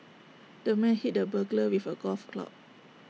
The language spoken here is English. the man hit the burglar with A golf club